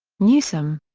newseum.